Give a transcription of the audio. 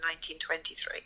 1923